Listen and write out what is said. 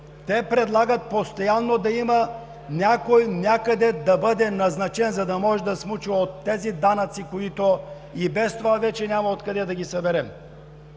Те предлагат постоянно някой някъде да бъде назначен, за да може да смуче от тези данъци, които и без това вече няма откъде да ги съберем.